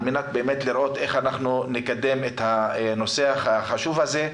מנת לראות איך לקדם את הנושא החשוב הזה.